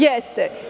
Jeste.